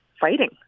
fighting